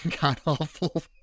god-awful